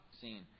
seen